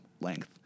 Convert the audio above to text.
length